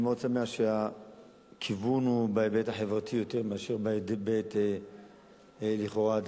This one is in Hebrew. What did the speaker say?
אני מאוד שמח שהכיוון הוא בהיבט החברתי יותר מאשר בהיבט הדתי לכאורה.